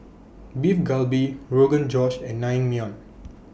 Beef Galbi Rogan Josh and Naengmyeon